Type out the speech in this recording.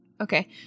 Okay